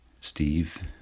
Steve